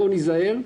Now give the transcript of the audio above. בואו ניזהר,